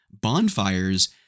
bonfires